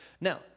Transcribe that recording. Now